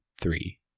three